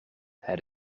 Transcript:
het